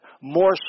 more